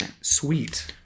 Sweet